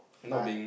but